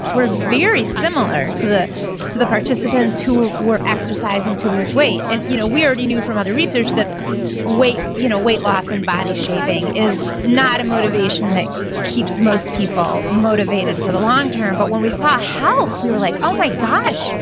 were very similar to the to the participants who were exercising to lose weight. and you know we already knew from other research that weight you know weight loss and body shaping is not a motivation that keeps most people motivated for the longterm. but when we saw health, we were like, oh my gosh